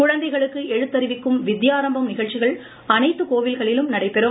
குழந்தைகளுக்கு எழுத்தறிவிக்கும் வித்யாரம்பம் நிகழ்ச்சிகள் அனைத்துக் கோவில்களிலும் நடைபெறும்